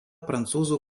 prancūzų